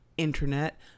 internet